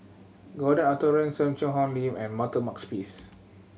Gordon Arthur Ransome Cheang Hong Lim and Walter Makepeace